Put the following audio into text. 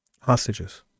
hostages